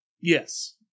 Yes